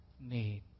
need